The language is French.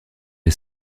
est